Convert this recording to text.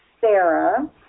Sarah